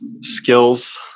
skills